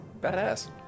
badass